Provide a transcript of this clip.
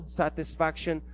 satisfaction